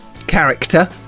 character